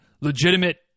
legitimate